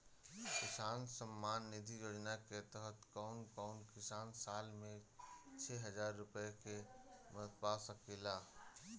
किसान सम्मान निधि योजना के तहत कउन कउन किसान साल में छह हजार रूपया के मदद पा सकेला?